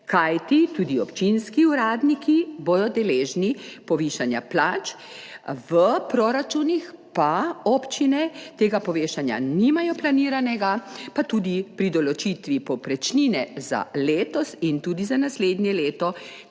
kajti tudi občinski uradniki bodo deležni povišanja plač, v proračunih pa občine tega povišanja nimajo planiranega pa tudi pri določitvi povprečnine za letos in tudi za naslednje leto,